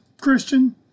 Christian